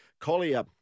Collier